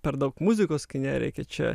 per daug muzikos kine reikia čia